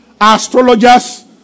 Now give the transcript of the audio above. astrologers